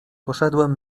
poszedłem